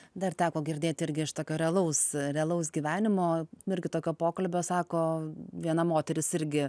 dar teko girdėti iš tokio realaus realaus gyvenimo irgi tokio pokalbio sako viena moteris irgi